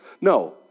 No